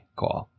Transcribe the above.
call